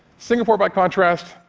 singapore, by contrast,